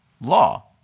law